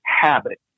habit